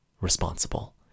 responsible